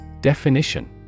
Definition